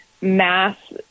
mass